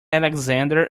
alexander